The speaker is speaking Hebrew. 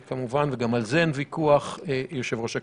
כמובן וגם על זה אין ויכוח יושב-ראש הכנסת.